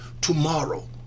tomorrow